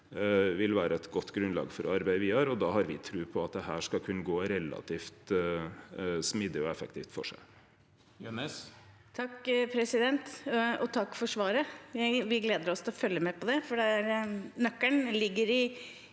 vil vere eit godt grunnlag for arbeidet vidare, og då har me tru på at dette skal kunne gå relativt smidig og effektivt føre seg.